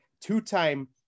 Two-time